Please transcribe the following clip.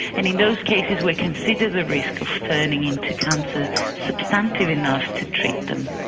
and in those cases we consider the risk of turning into cancer substantive enough to treat them.